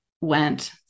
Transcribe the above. went